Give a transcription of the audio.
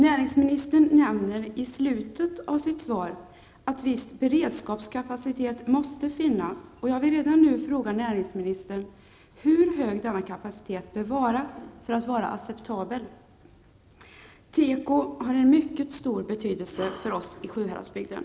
Näringsministern nämner i slutet av sitt svar att viss beredskapskapacitet måste finnas. Jag vill redan nu fråga näringsministern: Hur hög bör denna kapacitet vara för att vara acceptabel? Tekoindustrin har en mycket stor betydelse för oss i Sjuhäradsbygden.